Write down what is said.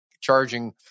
charging